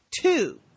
Two